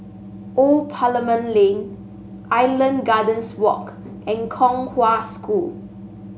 Old Parliament Lane Island Gardens Walk and Kong Hwa School